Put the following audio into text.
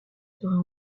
serait